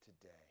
today